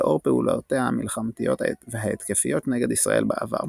לאור פעולותיה המלחמתיות וההתקפיות נגד ישראל בעבר.